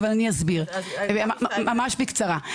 אני אסביר ממש בקצרה.